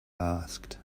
asked